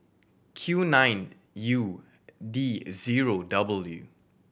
Q nine U D zero W